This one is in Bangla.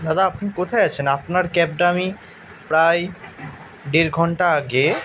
দাদা আপনি কোথায় আছেন আপনার ক্যাবটা আমি প্রায় দেড় ঘন্টা আগে